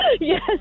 Yes